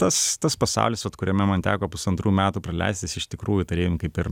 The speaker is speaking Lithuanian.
tas tas pasaulis vat kuriame man teko pusantrų metų praleist jis iš tikrųjų tarytum kaip ir